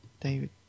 David